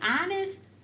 honest